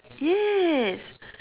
yes